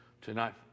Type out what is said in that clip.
tonight